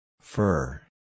Fur